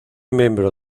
miembro